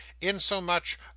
insomuch